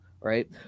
Right